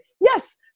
yes